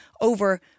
over